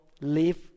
live